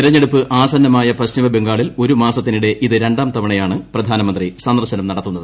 തെരഞ്ഞെടുപ്പ് ആസന്നമായ പശ്ചിമബംഗാളിൽ ഏരു മാസത്തിനിടെ ഇത് രണ്ടാം തവണയാണ് പ്രധാനമന്ത്രി സന്ദർ ്കൂനം നടത്തുന്നത്